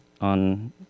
on